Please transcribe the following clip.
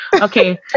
Okay